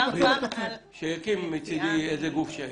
שיקים מצידי איזה גוף.